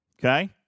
Okay